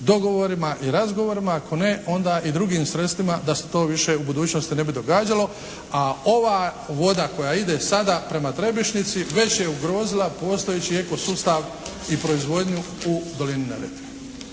dogovorima i razgovorima, a ako ne onda i drugim sredstvima da se to više u budućnosti ne bi događalo. A ova voda koja ide sada prema Trebišnjici već je ugrozila postojeći eko sustav i proizvodnju u dolini Neretve.